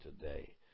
today